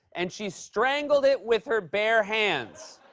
and she strangled it with her bare hands.